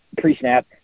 pre-snap